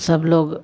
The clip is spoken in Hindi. सब लोग